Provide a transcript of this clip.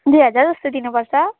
दुई हजारजस्तो दिनुपर्छ